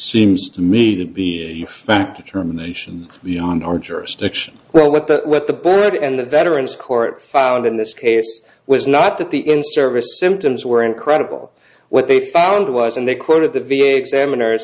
seems to me to be fact determinations beyond our jurisdiction well with that with the board and the veterans court found in this case was not that the in service symptoms were incredible what they found was and they quoted the v a examiners